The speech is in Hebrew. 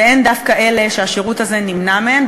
והן דווקא אלה שהשירות הזה נמנע מהן.